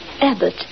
Abbott